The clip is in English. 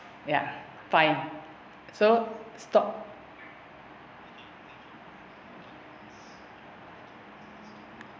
ya fine so stop